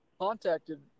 contacted